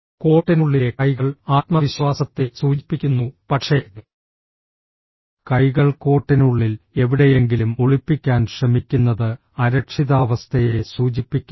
കോട്ടിനുള്ളിലെ കൈകൾ ആത്മവിശ്വാസത്തെ സൂചിപ്പിക്കുന്നു പക്ഷേ കൈകൾ കോട്ടിനുള്ളിൽ എവിടെയെങ്കിലും ഒളിപ്പിക്കാൻ ശ്രമിക്കുന്നത് അരക്ഷിതാവസ്ഥയെ സൂചിപ്പിക്കുന്നു